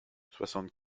soixante